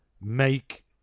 make